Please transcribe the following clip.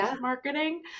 marketing